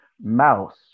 *Mouse*